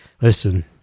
listen